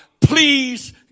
please